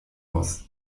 muss